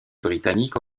britannique